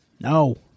No